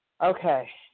Okay